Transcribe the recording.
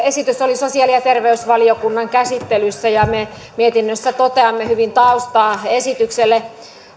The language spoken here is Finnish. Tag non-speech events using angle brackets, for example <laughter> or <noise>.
<unintelligible> esitys oli sosiaali ja terveysvaliokunnan käsittelyssä ja me mietinnössä toteamme hyvin taustaa esitykselle